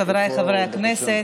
חבריי חברי הכנסת,